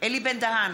אלי בן-דהן,